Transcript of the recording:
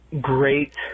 great